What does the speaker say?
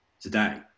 today